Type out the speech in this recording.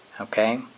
Okay